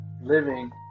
living